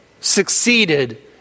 succeeded